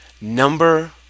number